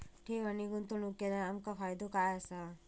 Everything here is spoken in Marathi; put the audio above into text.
ठेव आणि गुंतवणूक केल्यार आमका फायदो काय आसा?